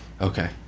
Okay